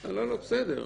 --- לא, בסדר.